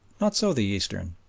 not so the eastern.